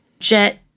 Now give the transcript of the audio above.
Jet